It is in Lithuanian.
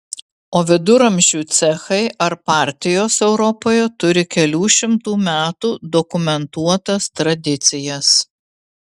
o viduramžių cechai ar partijos europoje turi kelių šimtų metų dokumentuotas tradicijas